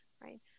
right